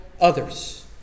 others